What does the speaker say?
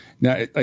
Now